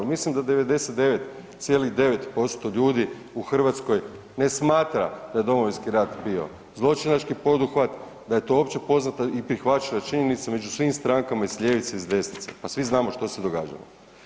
Mislim da 99,9% ljudi u Hrvatskoj ne smatra da je Domovinski rat bio zločinački poduhvat, da je to opće poznata i prihvaćena činjenica među svim strankama i s ljevice i s desnice, pa svi znamo što se događalo.